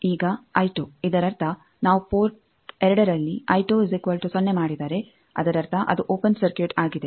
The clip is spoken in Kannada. ಈಗ ಇದರರ್ಥ ನಾವು ಪೋರ್ಟ್ 2ನಲ್ಲಿ ಮಾಡಿದರೆ ಅದರರ್ಥ ಅದು ಓಪೆನ್ ಸರ್ಕ್ಯೂಟ್ ಆಗಿದೆ